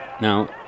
Now